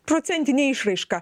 procentine išraiška